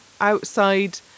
outside